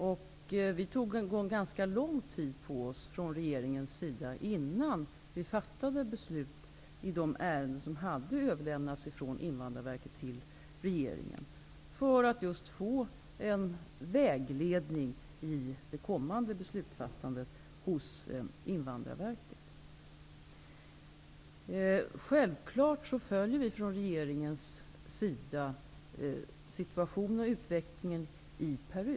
Regeringen tog ganska lång tid på sig innan vi fattade beslut i de ärenden som hade överlämnats från Invandrarverket till regeringen för att just få en vägledning i det kommande beslutsfattandet hos Självfallet följer regeringen situationen och utvecklingen i Peru.